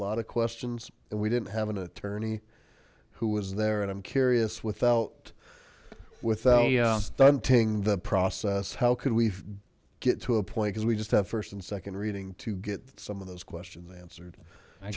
lot of questions and we didn't have an attorney who was there and i'm curious without without stunting the process how could we get to a point because we just have first and second reading to get some of those questions answered i